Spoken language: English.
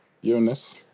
Eunice